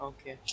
Okay